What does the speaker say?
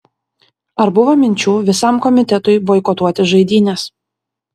ar buvo minčių visam komitetui boikotuoti žaidynes